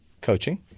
Coaching